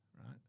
right